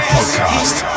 Podcast